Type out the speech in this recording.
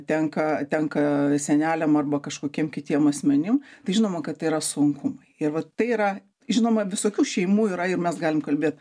tenka tenka seneliam arba kažkokiem kitiem asmenim tai žinoma kad tai yra sunkumai ir vat tai yra žinoma visokių šeimų yra ir mes galim kalbėt